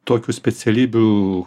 tokių specialybių